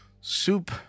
Soup